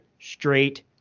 straight